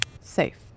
Safe